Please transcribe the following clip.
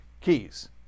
keys